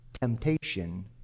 temptation